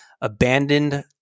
Abandoned